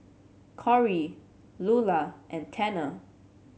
Korey Lula and Tanner